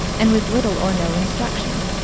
and with little or no instruction.